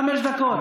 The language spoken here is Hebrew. חמש דקות.